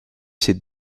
ses